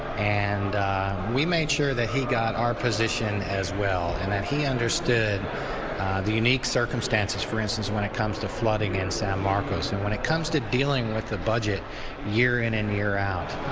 and we made sure that he got our position as well and that he understood the unique circmstances. for instance when it comes to flooding in san marcos and when it comes to dealing with the budget year in and year out.